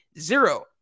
Zero